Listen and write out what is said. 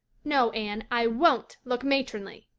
no, anne, i won't look matronly.